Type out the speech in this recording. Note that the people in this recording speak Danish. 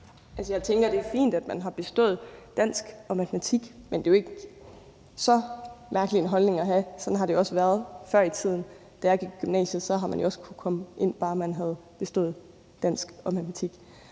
jeg tænker, at det er fint, at man har bestået dansk og matematik, men det er jo ikke så mærkelig en holdning at have – sådan har det også været før i tiden. Da jeg gik på gymnasiet, kunne man jo også komme ind, bare man havde bestået dansk og matematik.